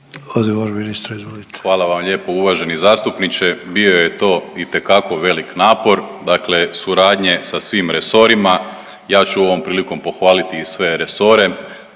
Hvala vam lijepo. Uvaženi zastupniče bio je to itekako velik napor, dakle suradnje sa svim resorima. Ja ću ovom prilikom pohvaliti i sve resore